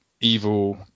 evil